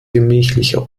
gemächlicher